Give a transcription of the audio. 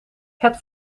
het